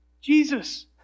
Jesus